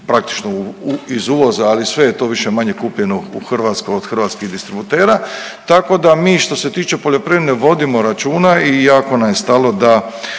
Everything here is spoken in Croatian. praktično iz uvoza, ali sve je to više-manje kupljeno u Hrvatskoj od hrvatskih distributera tako da mi što se tičemo poljoprivrede vodimo računa i jako nam je stalo da